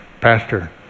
pastor